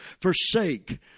forsake